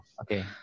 Okay